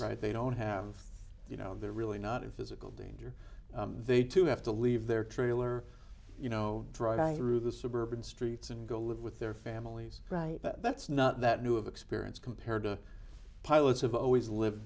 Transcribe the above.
right they don't have you know they're really not in physical danger they to have to leave their trailer you know drive i rue the suburban streets and go live with their families right that's not that new of experience compared to pilots have always live